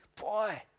boy